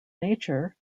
nature